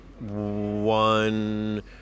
one